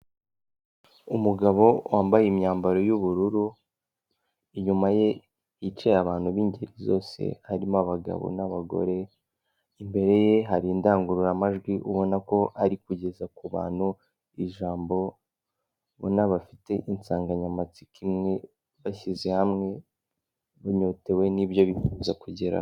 Umugabo wambaye imyambaro y'ubururu, inyuma ye hicaye abantu b'ingeri zose, harimo abagabo n'abagore, imbere ye hari indangururamajwi ubona ko ari kugeza ku bantu ijambo, ubona bafite insanganyamatsiko imwe, bashyize hamwe, banyotewe n'ibyo bifuza kugeraho.